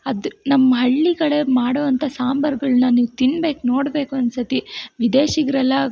ಅದು ನಮ್ಮ ಹಳ್ಳಿ ಕಡೆ ಮಾಡೋ ಅಂಥ ಸಾಂಬಾರುಗಳ್ನ ನೀವು ತಿನ್ಬೇಕು ನೋಡ್ಬೇಕು ಒಂದು ಸತಿ ವಿದೇಶಿಗರೆಲ್ಲಾ